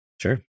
Sure